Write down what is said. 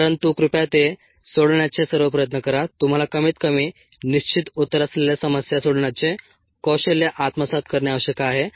परंतु कृपया ते सोडवण्याचे सर्व प्रयत्न करा तुम्हाला कमीत कमी निश्चित उत्तर असलेल्या समस्या सोडवण्याचे कौशल्य आत्मसात करणे आवश्यक आहे